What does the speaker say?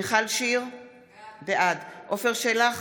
מיכל שיר סגמן, בעד עפר שלח,